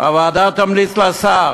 הוועדה תמליץ לשר,